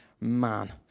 man